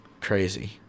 Crazy